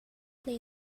play